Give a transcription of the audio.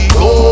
go